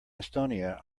estonia